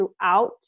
throughout